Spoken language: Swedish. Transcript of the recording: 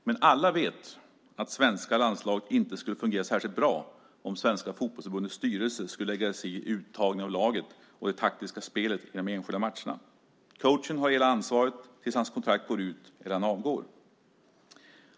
Men alla vet att svenska landslaget inte skulle fungera särskilt bra om Svenska Fotbollförbundets styrelse skulle lägga sig i uttagningen av laget och det taktiska spelet i de enskilda matcherna. Coachen har ansvaret tills hans kontrakt går ut eller tills han avgår.